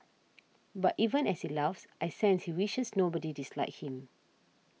but even as he laughs I sense he wishes nobody disliked him